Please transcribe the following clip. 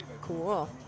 Cool